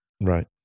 Right